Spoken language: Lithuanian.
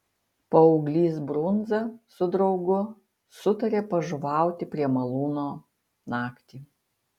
paauglys brundza su draugu sutarė pažuvauti prie malūno naktį